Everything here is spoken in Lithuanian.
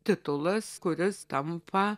titulas kuris tampa